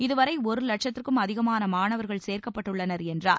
இதுவரை ஒரு லட்சத்திற்கும் அதிகமான மாணவர்கள் சேர்க்கப்பட்டுள்ளனர் என்றார்